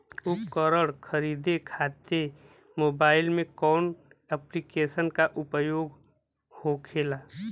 उपकरण खरीदे खाते मोबाइल में कौन ऐप्लिकेशन का उपयोग होखेला?